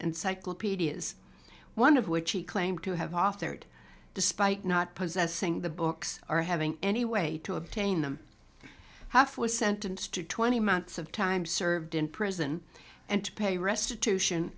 encyclopedias one of which he claimed to have authored despite not possessing the books are having any way to obtain them half was sentenced to twenty months of time served in prison and to pay restitution